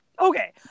okay